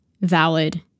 valid